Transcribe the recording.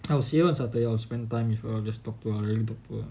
I'll see her on saturday I will spend time with her just talk to her really talk to her